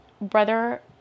Brother